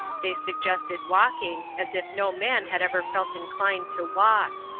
they suggested walking, as if no man had ever felt inclined to walk.